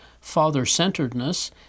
father-centeredness